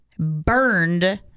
burned